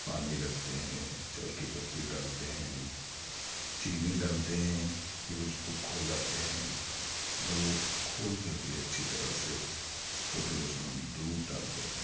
پانی رکھتے ہیں چائے کی پتی ڈالتے ہیں چینی ڈالتے ہیں پھر اس کو کھولاتے ہیں جب وہ کھول جاتی ہے اچھی طرح سے تو پھر اس میں ہم دودھ ڈالتے ہیں